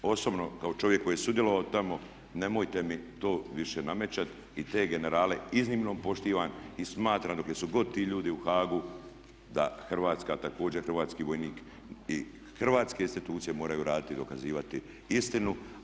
Osobno kao čovjek koji je sudjelovao tamo nemojte mi to više nametati i te generale iznimno poštujem i smatram dokle su god ti ljudi u Haagu da Hrvatska također i hrvatski vojnik i hrvatske institucije moraju raditi i dokazivati istinu.